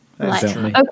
Okay